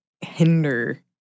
hinder